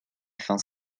fins